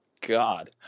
God